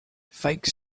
fake